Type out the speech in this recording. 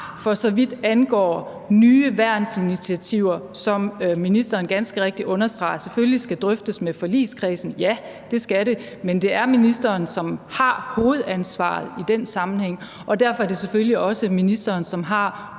for så vidt angår nye værnsinitiativer, som ministeren ganske rigtigt understreger selvfølgelig skal drøftes med forligskredsen. Ja, det skal de, men det er ministeren, som har hovedansvaret i den sammenhæng. Derfor er det selvfølgelig også ministeren, som har